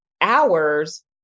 hours